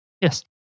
Yes